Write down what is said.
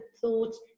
thoughts